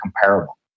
comparable